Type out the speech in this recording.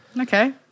Okay